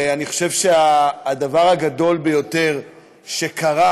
אני חושב שהדבר הגדול ביותר שקרה,